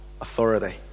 authority